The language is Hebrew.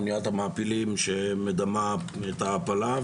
אוניית המעפילים שמדמה את ההעפלה,